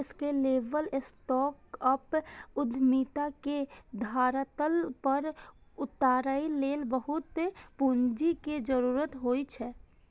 scalable startup उद्यमिता के धरातल पर उतारै लेल बहुत पूंजी के जरूरत होइ छै